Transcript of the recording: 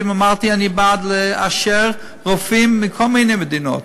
אמרתי: אני בעד לאשר רופאים מכל מיני מדינות.